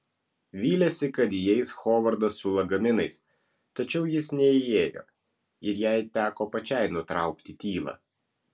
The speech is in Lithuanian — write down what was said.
vylėsi kad įeis hovardas su lagaminais tačiau jis neįėjo ir jai teko pačiai nutraukti tylą